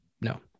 no